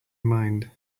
mind